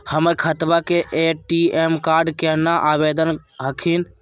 हमर खतवा के ए.टी.एम कार्ड केना आवेदन हखिन?